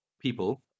people